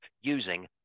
using